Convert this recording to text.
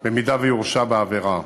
אם יורשע בעבירה,